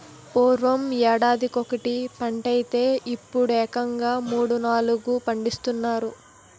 పూర్వం యేడాదికొకటే పంటైతే యిప్పుడేకంగా మూడూ, నాలుగూ పండిస్తున్నారు